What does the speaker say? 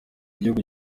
gihugu